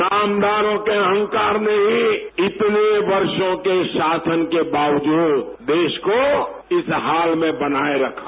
नामदारों के अहंकार में इतने वर्षो के शासन के बावजूद देश को इस हाल में बनाये रखा